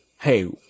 hey